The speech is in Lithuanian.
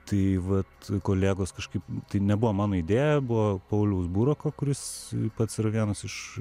tai vat kolegos kažkaip tai nebuvo mano idėja buvo pauliaus burako kuris pats yra vienas iš